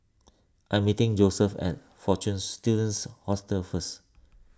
I am meeting Joeseph at fortune Students Hostel first